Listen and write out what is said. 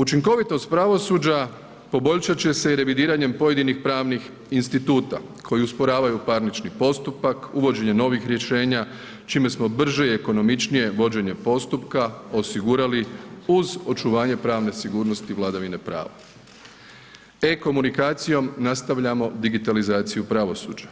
Učinkovitost pravosuđa poboljšat će se i revidiranjem pojedinih pravnih instituta koji usporavaju parnični postupak, uvođenje novih rješenja čime smo brže i ekonomičnije vođenje postupka osigurali uz očuvanje pravne sigurnosti vladavine prava, e-komunikacijom nastavljamo digitalizaciju pravosuđa,